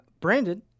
Brandon